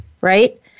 right